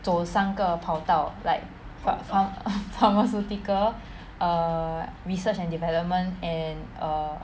走三个跑道 like pharmaceutical err research and development and err